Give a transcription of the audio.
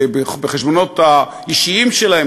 בחשבונות האישיים שלהם,